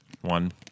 One